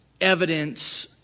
evidence